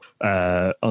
on